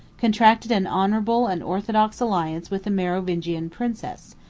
contracted an honorable and orthodox alliance with a merovingian princess,